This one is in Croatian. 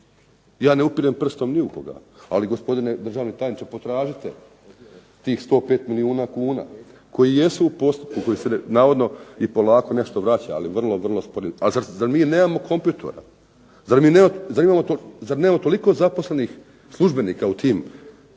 Ja ne upirem prstom ni u koga, ali gospodine državni tajniče potražite tih 105 milijuna kuna koji jesu u postupku, koji se navodno i polako nešto vraća, ali vrlo, vrlo sporo. A zar mi nemamo kompjutora? Zar …/Govornik se ne razumije./… toliko zaposlenih službenika u tim